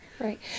Right